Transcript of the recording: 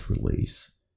release